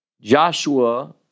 Joshua